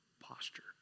posture